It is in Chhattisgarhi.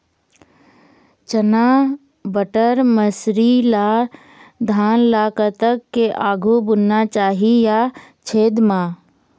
चना बटर मसरी ला धान ला कतक के आघु बुनना चाही या छेद मां?